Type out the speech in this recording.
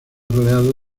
rodeado